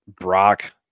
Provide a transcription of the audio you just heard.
Brock